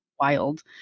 wild